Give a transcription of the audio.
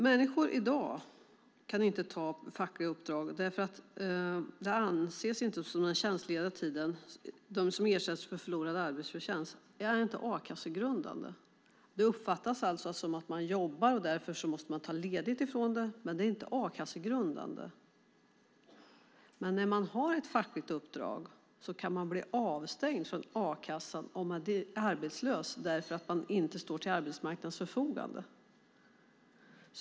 Människor kan i dag inte ta fackliga uppdrag då de inte är a-kassegrundande trots att de ersätts för förlorad arbetsförtjänst. Det uppfattas alltså som att man jobbar, och därför måste man ta ledigt. Men det är inte a-kassegrundande. Men när man har ett fackligt uppdrag kan man bli avstängd från a-kassan om man blir arbetslös därför att man inte står till arbetsmarknadens förfogande.